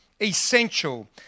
essential